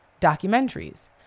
documentaries